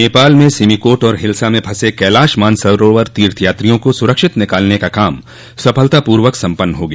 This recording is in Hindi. नेपाल में सिमिकोट और हिल्सा में फंसे कैलाश मानसरोवर तीर्थयात्रियों को सुरक्षित निकालने का काम सफलता पूर्वक सम्पन्न हो गया